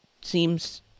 seems